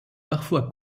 parfois